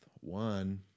one